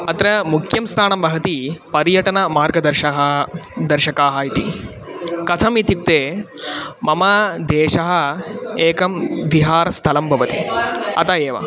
अत्र मुख्यं स्थानं वहति पर्यटनमार्गदर्शकाः दर्शकाः इति कथम् इत्युक्ते मम देशः एकं विहारस्थलं भवति अतः एव